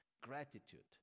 Gratitude